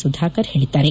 ಸುಧಾಕರ್ ಹೇಳಿದ್ದಾರೆ